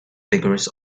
vigorous